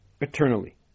eternally